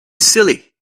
silly